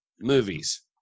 movies